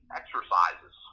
exercises